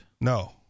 No